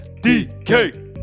DK